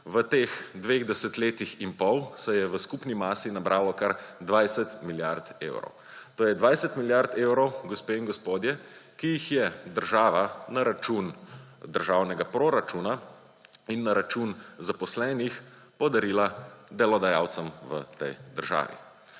V teh dveh desetletjih in pol se je v skupni masi nabralo kar 20 milijard evrov. To je 20 milijard evrov, gospe in gospodje, ki jih je država na račun državnega proračuna in na račun zaposlenih podarila delodajalcem v tej državi.